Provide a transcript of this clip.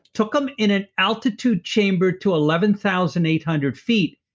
took them in an altitude chamber to eleven thousand eight hundred feet,